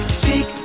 speak